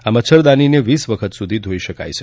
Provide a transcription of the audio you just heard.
આ મચ્છરદાનીને વીસ વખત સુધી ધોઇ શકાય છે